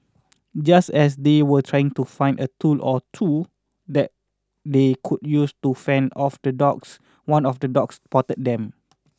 just as they were trying to find a tool or two that they could use to fend off the dogs one of the dogs spotted them